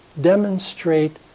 demonstrate